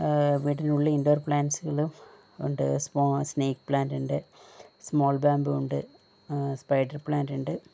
വീടിനുള്ളിൽ ഇൻഡോർ പ്ലാൻസുകള് ഒണ്ട് സ്മോൾ സ്നേക് പ്ലാൻറ് ഉണ്ട് സ്മോൾബാംബു ഉണ്ട് സ്പൈഡർപ്ലാൻറ് ഉണ്ട്